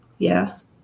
Yes